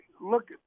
Look